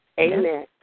Amen